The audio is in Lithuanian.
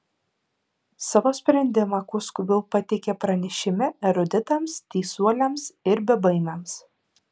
savo sprendimą kuo skubiau pateikė pranešime eruditams teisuoliams ir bebaimiams